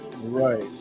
right